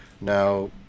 Now